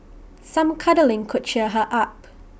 some cuddling could cheer her up